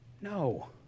no